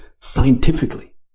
scientifically